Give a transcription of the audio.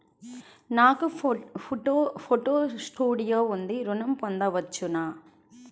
నాకు photo studio ఉంది ఋణం పొంద వచ్చునా?